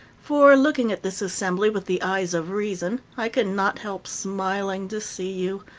for, looking at this assembly with the eyes of reason, i can not help smiling to see you,